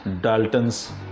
dalton's